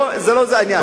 לא זה העניין.